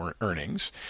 earnings